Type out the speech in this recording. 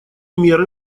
меры